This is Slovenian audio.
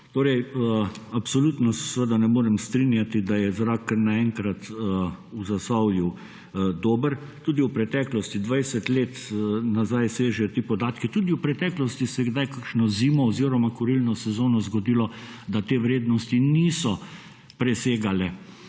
Absolutno se seveda ne morem strinjati, da je zrak naenkrat v Zasavju dober. Tudi v preteklosti, 20 let nazaj sežejo ti podatki, tudi v preteklosti se je kdaj kakšno zimo oziroma kurilno sezono zgodilo, da te vrednosti niso presegale